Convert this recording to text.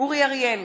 אורי אריאל,